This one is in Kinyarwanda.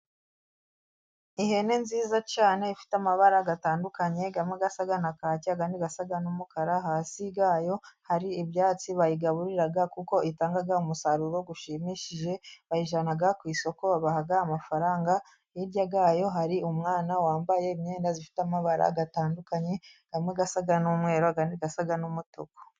Ihene nziza cyane ifite amabara atandukanye ,amwe asa na kaki ,ayandi asa n'umukara ,hasi yayo hari ibyatsi bayigaburira kuko itanga umusaruro ushimishije, bayijyna ku isoko babaha amafaranga ,hirya yayo hari umwana wambaye imyenda ifite amabara atandukanye, amwe asa n'umweru, ayandi asa n'umutuku.